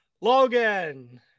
Logan